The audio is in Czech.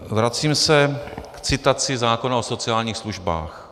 Vracím se k citaci zákona o sociálních službách.